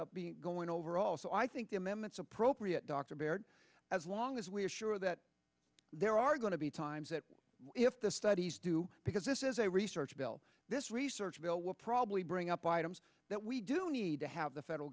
up being going over all so i think the amendments appropriate dr baird as long as we're sure that there are going to be times that if the studies do because this is a research bell this research bill will probably bring up items that we do need to have the federal